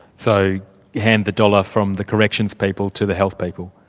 so hand the dollar from the corrections people to the health people?